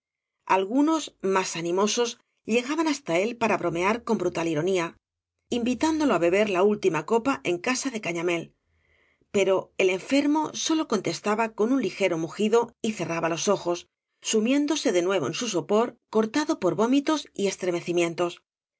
algunos más animosos llegaban hasta él para bromear con brutal ironía invitáacañas y barro dolo á beber la última copa en casa de cañamél pero el enfermo bóio contestaba con un ligero mugido y cerraba ics ojos sumiéndose de nuevo en su sopor cortado por vómitos y estremecimientos